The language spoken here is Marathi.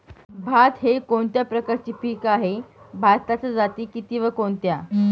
भात हे कोणत्या प्रकारचे पीक आहे? भाताच्या जाती किती व कोणत्या?